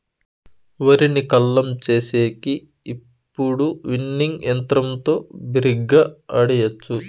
వరిని కల్లం చేసేకి ఇప్పుడు విన్నింగ్ యంత్రంతో బిరిగ్గా ఆడియచ్చు